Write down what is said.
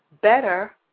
better